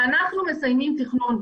כשאנחנו מסיימים תכנון,